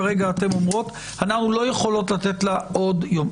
כרגע אתן אומרות: אנחנו לא יכולות לתת לה עוד יום.